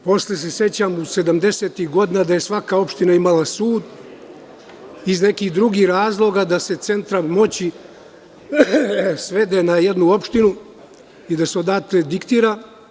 Posle se sećam da je sedamdesetih godina svaka opština imala sud, iz nekih drugih razloga da se centar moći svede na jednu opštinu i da se odatle diktira.